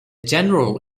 general